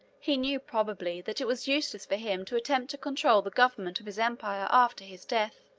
he knew, probably, that it was useless for him to attempt to control the government of his empire after his death.